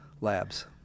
labs